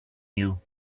you